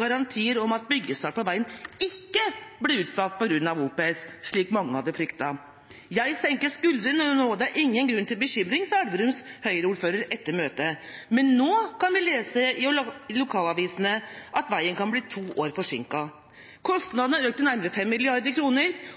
garantier om at byggestart av veien ikke blir utsatt pga. OPS, slik mange hadde fryktet. «Jeg senker skuldrene nå. Det er ingen grunn til bekymring,» sa Elverums Høyre-ordfører etter møtet. Men nå leser vi i lokalavisene at veien kan bli to år forsinket. Kostnadene har økt til nærmere